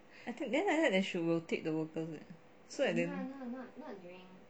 then like that they should rotate the workers leh so that then